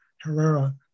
Herrera